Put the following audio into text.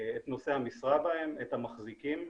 את נושאי המשרה בהם, את המחזיקים,